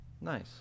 Nice